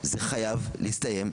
זה חייב להסתיים.